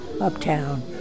uptown